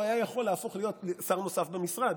הוא היה יכול להפוך להיות שר נוסף במשרד.